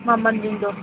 ꯃꯃꯟꯁꯤꯡꯗꯣ